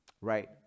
right